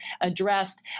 addressed